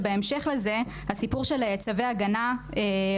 ובהמשך לזה הסיפור של צווי הגנה,